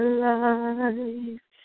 life